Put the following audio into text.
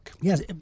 Yes